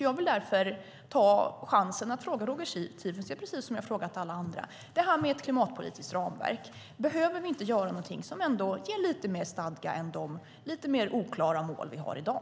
Jag vill därför ta chansen att fråga Roger Tiefensee, precis som jag har frågat alla andra, om detta med ett klimatpolitiskt ramverk: Behöver vi inte göra någonting som ändå ger lite mer stadga än de lite mer oklara mål vi har i dag?